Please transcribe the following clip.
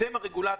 אתם הרגולטור,